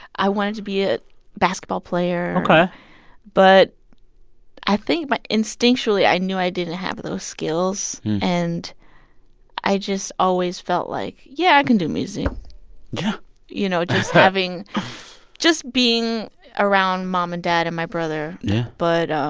i wanted to be a basketball player ok but i think my instinctually, i knew i didn't have those skills. and i just always felt like, yeah, i can do music yeah you know, just having just being around mom and dad and my brother yeah but